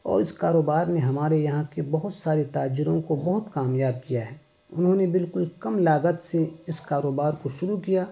اور اس کاروبار نے ہمارے یہاں کے بہت سارے تاجروں کو بہت کامیاب کیا ہے انہوں نے بالکل کم لاگت سے اس کاروبار کو شروع کیا